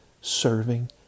serving